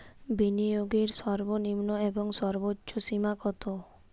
বিনিয়োগের সর্বনিম্ন এবং সর্বোচ্চ সীমা কত?